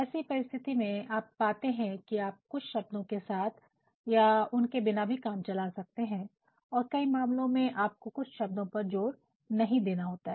ऐसी परिस्थिति में आप पाते हैं कि आप कुछ शब्दों के साथ या उनके बिना भी काम चला सकते हैं और कई मामलों में आपको कुछ शब्दों पर जोर नहीं देना होता है